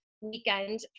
weekend